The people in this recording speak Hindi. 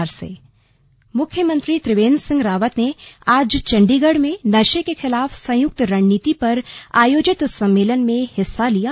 सम्मेलन मुख्यमंत्री त्रिवेन्द्र सिंह रावत ने आज चंडीगढ़ में नशे के खिलाफ संयुक्त रणनीति पर आयोजित सम्मेलन में हिस्सा लिया